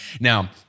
Now